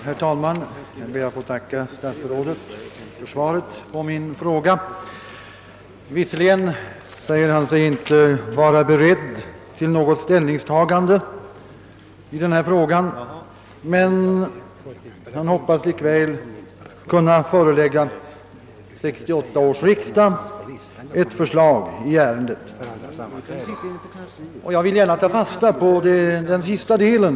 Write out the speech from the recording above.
Herr talman! Jag tackar statsrådet för svaret. Visserligen säger han sig inte vara beredd till något ställningstagande i denna fråga men han hoppas likväl att kunna förelägga 1968 års riksdag ett förslag i ärendet. Jag vill gärna ta fasta på detta uttalande.